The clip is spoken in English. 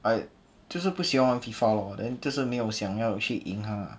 I 就是不喜欢玩 FIFA lor then 就是没有想要赢他啦